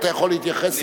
אתה יכול להתייחס אליהם.